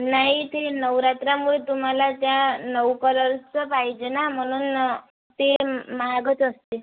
नाही ते नवरात्रीमुळे तुम्हाला त्या नऊ कलर्सचं पाहिजे ना म्हणून ते महागच असते